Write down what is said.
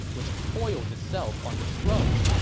which coiled itself on the throne!